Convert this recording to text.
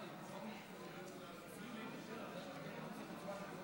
ההצעה להעביר את הצעת חוק